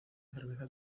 cerveza